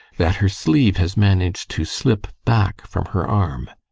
that her sleeve has managed to slip back from her arm?